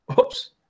Oops